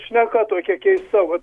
šneka tokia keista vat